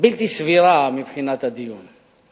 בלתי סבירה מבחינת הדיון.